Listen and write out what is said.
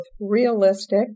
realistic